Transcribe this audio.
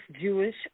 Jewish